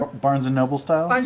barnes and noble-style?